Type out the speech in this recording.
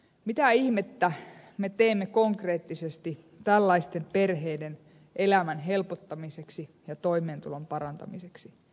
mitä ihmettä me teemme konkreettisesti tällaisten perheiden elämän helpottamiseksi ja toimeentulon parantamiseksi